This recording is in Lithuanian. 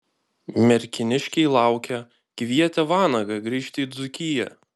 merkiniškiai laukia kvietė vanagą grįžti į dzūkiją